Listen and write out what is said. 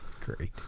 Great